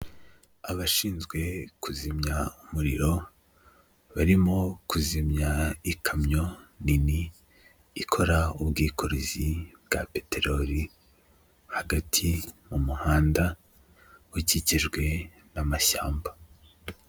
Abashinzwe kuzimya umuriro, barimo kuzimya ikamyo nini ikora ubwikorezi bwa peterori hagati mu muhanda ukikijwe n'amashyamba.